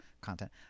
content